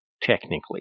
technically